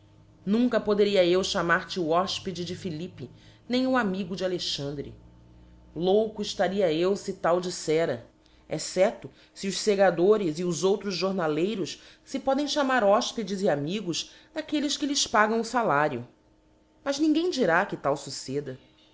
nunca poderia eu chamar te o hofpede de philippe nem o amigo de alexandre louco eftaria eu fe tal diítera excepto fe os fegadores e os outros jornaleiros fe podem chamar hofpedes e amigos daquelles que lhes pagam o falario mas ninguém dirá que tal fucceda